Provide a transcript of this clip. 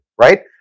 right